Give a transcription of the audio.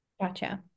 Gotcha